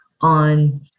on